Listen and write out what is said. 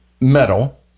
metal